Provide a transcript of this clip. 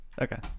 okay